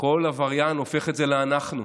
כל עבריין הופך את זה ל"אנחנו"